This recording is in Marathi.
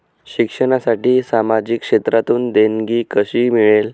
शिक्षणासाठी सामाजिक क्षेत्रातून देणगी कशी मिळेल?